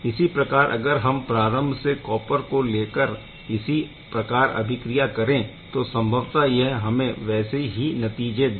इसी प्रकार अगर हम प्रारम्भ से कॉपर को लेकर इसी प्रकार अभिक्रिया करें तो संभवतः यह हमें वैसे ही नतीजे दे